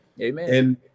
Amen